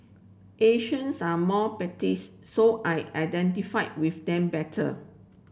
Asians are more petites so I identify with them better